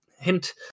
hint